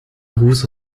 gruß